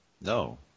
No